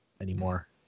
anymore